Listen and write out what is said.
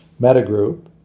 metagroup